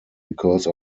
because